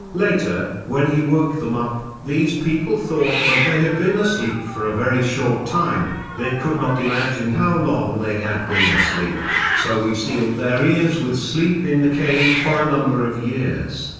later, when he woke them up, these people thought that they had been asleep for a very short time they could not imagine how long they had been asleep so we sealed their ears with sleep in the cave for a number of years.